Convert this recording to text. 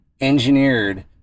engineered